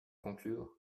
conclure